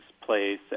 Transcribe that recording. place